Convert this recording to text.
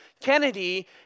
Kennedy